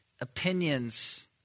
opinions